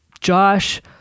Josh